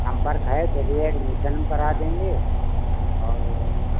संपर्क है तो चलिए एडमिशन करा देंगे और